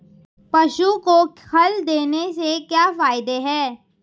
पशु को खल देने से क्या फायदे हैं?